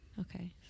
Okay